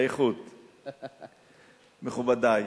מכובדי,